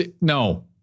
No